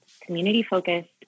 community-focused